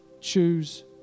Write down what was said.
choose